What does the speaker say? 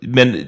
Men